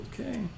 Okay